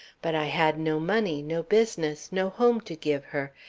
but i had no money, no business, no home to give her,